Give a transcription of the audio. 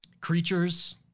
Creatures